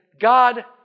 God